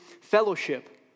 fellowship